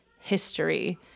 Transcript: history